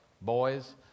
boys